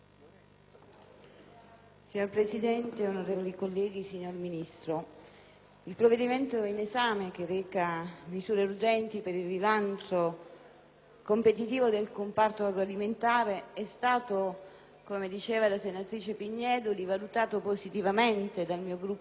Signora Presidente, onorevoli colleghi, signor Ministro, il provvedimento in esame, che reca misure urgenti per il rilancio competitivo del comparto agroalimentare, come diceva la senatrice Pignedoli, è stato valutato positivamente dal mio Gruppo in Commissione